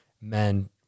men